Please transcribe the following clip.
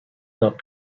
not